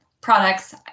products